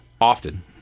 often